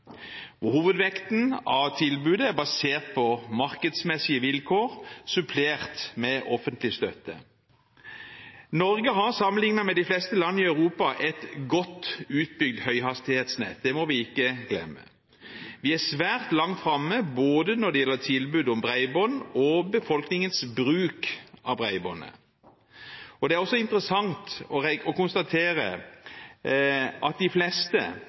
Hovedvekten av tilbudet er basert på markedsmessige vilkår, supplert med offentlig støtte. Norge har, sammenliknet med de fleste land i Europa, et godt utbygd høyhastighetsnett. Det må vi ikke glemme. Vi er svært langt framme, både når det gjelder tilbud om bredbånd og befolkningens bruk av bredbåndet. Det er også interessant å konstatere at de fleste